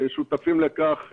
שותפים לכך,